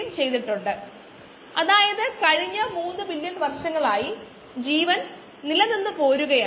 rgddtVdxdt ഇപ്പോൾ rx എന്നത് ഒരു വോള്യൂമെട്രിക് അടിസ്ഥാനത്തിലുള്ള നിരക്കാണെങ്കിൽ അവയാണ് നേരിട്ട് അളക്കുന്നവ